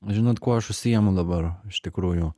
žinot kuo aš užsiimu dabar iš tikrųjų